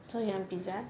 so you want pizza